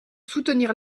soutenir